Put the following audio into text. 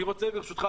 אני רוצה ברשותך,